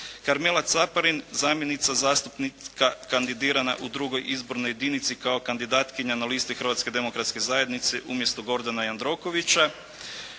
Karmela Caparin zamjenica zastupnika kandidirana u II. izbornoj jedinici kao kandidatkinja na listi Hrvatske demokratske